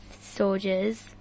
soldiers